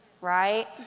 right